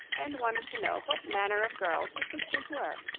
and wanted to know what manner of girls the sisters were,